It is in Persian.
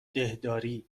دهداری